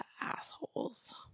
assholes